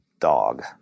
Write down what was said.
dog